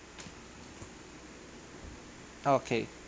okay